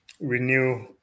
renew